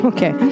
Okay